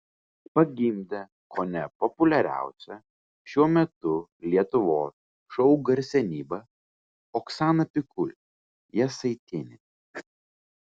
pagimdė kone populiariausia šiuo metu lietuvos šou garsenybė oksana pikul jasaitienė